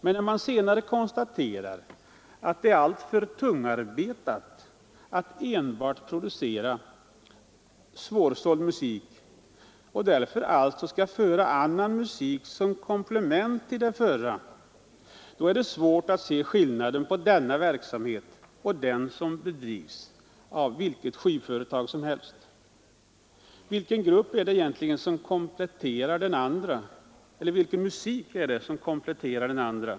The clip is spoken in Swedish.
Men när man senare konstaterar att det är alltför tungarbetat att enbart producera svårsåld musik och att man därför också skall göra skivor med annan musik såsom komplement till den förra, är det svårt att se skillnaden på denna verksamhet och den som bedrivs av vilket skivförlag som helst. Vilken musik är det egentligen som kompletterar den andra?